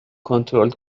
کنترل